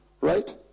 Right